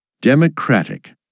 Democratic